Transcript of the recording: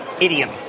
Idiom